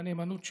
והנאמנות שלו.